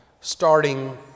starting